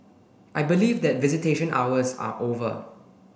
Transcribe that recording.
I believe that visitation hours are over